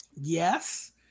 Yes